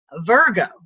Virgo